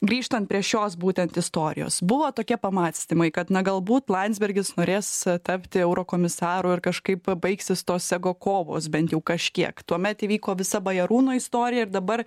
grįžtant prie šios būtent istorijos buvo tokie pamąstymai kad na galbūt landsbergis norės tapti eurokomisaru ar kažkaip baigsis tos ego kovos bent jau kažkiek tuomet įvyko visa bajarūno istorija ir dabar